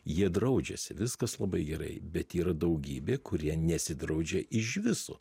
jie draudžiasi viskas labai gerai bet yra daugybė kurie nesidraudžia iž viso